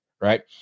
right